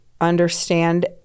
understand